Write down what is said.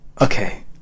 Okay